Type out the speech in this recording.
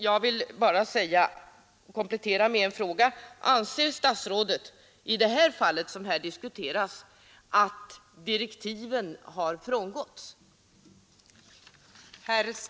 Jag vill ställa en kompletterande fråga: Anser statsrådet att direktiven i det fall vi nu diskuterar har frångåtts?